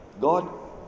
God